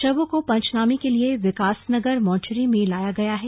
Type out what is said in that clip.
शवों को पंचनामे के लिए विकासनगर मोर्चरी में लाया गया है